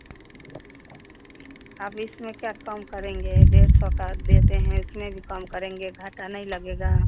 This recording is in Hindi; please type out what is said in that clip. अब इसमें क्या कम करेंगे डेढ़ सौ का देते हैं इसमें भी कम करेंगे घटा नहीं लगेगा